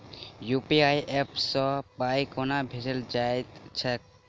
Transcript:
UPI app सँ पाई केना भेजल जाइत छैक?